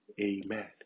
amen